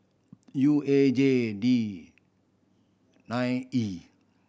U A J D nine E